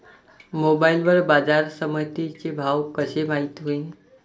Mobile वर बाजारसमिती चे भाव कशे माईत होईन?